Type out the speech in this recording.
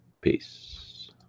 peace